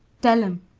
tell him,